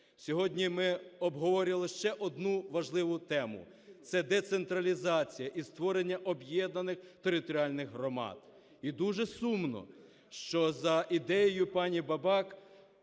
Сьогодні ми обговорювали ще одну важливу тему – це децентралізація і створення об'єднаних територіальних громад. І дуже сумно, що за ідеєю пані Бабак